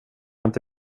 hämta